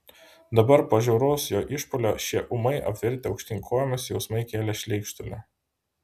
dabar po žiauraus jo išpuolio šie ūmai apvirtę aukštyn kojomis jausmai kėlė šleikštulį